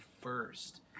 first